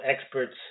experts